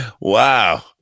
Wow